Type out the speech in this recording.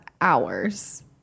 hours